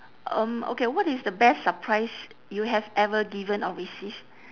um okay what is the best surprise you have ever given or receive